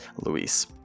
Luis